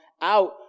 out